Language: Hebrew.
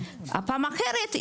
בפעם אחרת,